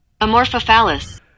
Amorphophallus